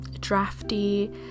drafty